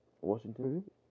Washington